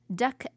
duck